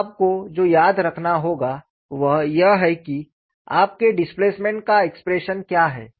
अब आपको जो याद रखना होगा वह यह है कि आपके डिस्प्लेसमेंट का एक्सप्रेशन क्या है